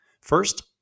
First